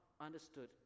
understood